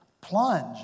Plunge